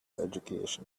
education